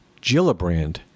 Gillibrand